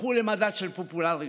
הפכו למדד של פופולריות.